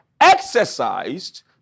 exercised